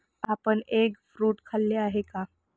आपण egg fruit खाल्ले आहे का?